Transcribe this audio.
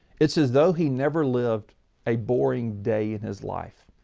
it's as though he never lived a boring day in his life.